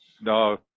No